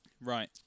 Right